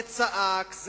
זה צעק,